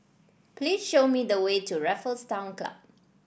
please show me the way to Raffles Town Club